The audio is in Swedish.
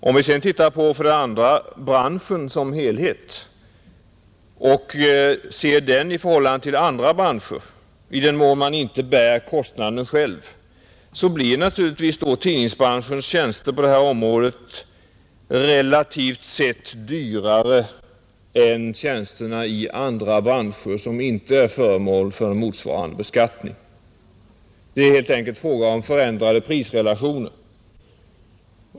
Om vi sedan tar branschen såsom helhet och ser den i förhållande till andra branscher, i den mån tidningarna inte bär kostnaderna själva, finner man att tidningsbranschens tjänster på detta område blir relativt sett dyrare än tjänsterna inom andra branscher som inte är föremål för motsvarande beskattning. Det är helt enkelt fråga om förändrade prisrelationer.